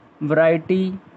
variety